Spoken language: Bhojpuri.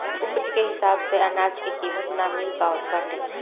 उपज के हिसाब से अनाज के कीमत ना मिल पावत बाटे